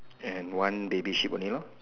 and one baby sheep only lor